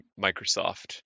Microsoft